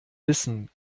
wissen